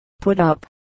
put-up